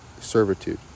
servitude